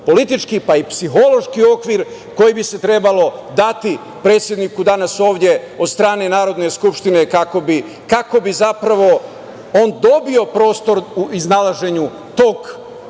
strateško-politički pa i psihološki okvir koji bi se trebalo dati predsedniku danas ovde od strane Narodne skupštine, kako bi zapravo on dobio prostor u iznalaženju tog